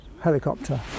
helicopter